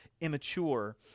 immature